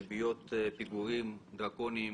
ריביות פיגורים דרקוניות,